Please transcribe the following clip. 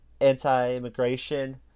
Anti-immigration